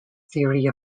theory